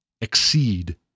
exceed